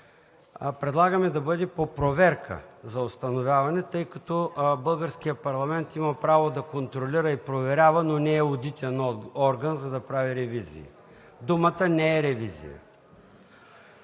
предлагаме да бъде „по проверка за установяване“, тъй като българският парламент има право да контролира и проверява, но не е одитен орган, за да прави ревизии. Думата не е „ревизия“.